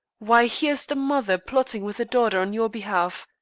why, here's the mother plotting with the daughter on your behalf.